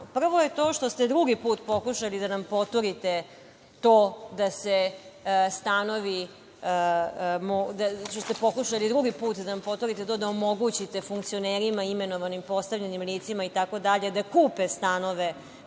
je to što ste drugi put pokušali da nam poturite to da omogućite funkcionerima, imenovanim, postavljenim licima itd, da kupe stanove